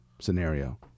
scenario